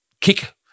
kick